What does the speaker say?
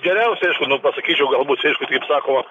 geriausia aišku nu pasakyčiau galbūt aišku kaip sako